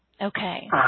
Okay